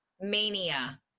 mania